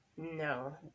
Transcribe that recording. No